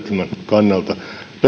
kannalta